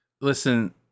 listen